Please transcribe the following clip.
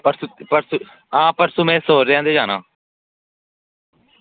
आं परसों में सौह्रेआं दे जाना